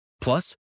Plus